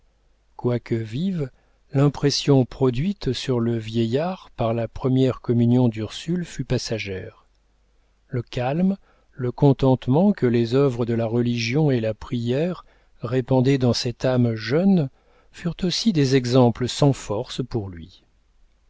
quoique vive l'impression produite sur le vieillard par la première communion d'ursule fut passagère le calme le contentement que les œuvres de la résolution et la prière répandaient dans cette âme jeune furent aussi des exemples sans force pour lui